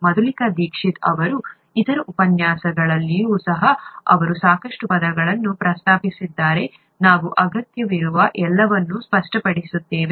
ಮಧುಲಿಕಾ ದೀಕ್ಷಿತ್ ಅವರ ಇತರ ಉಪನ್ಯಾಸಗಳಲ್ಲಿಯೂ ಸಹ ಅವರು ಸಾಕಷ್ಟು ಪದಗಳನ್ನು ಪ್ರಸ್ತಾಪಿಸಿದ್ದಾರೆ ನಾವು ಅಗತ್ಯವಿರುವ ಎಲ್ಲವನ್ನು ಸ್ಪಷ್ಟಪಡಿಸುತ್ತೇವೆ